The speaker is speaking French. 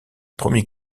premier